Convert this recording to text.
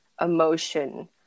emotion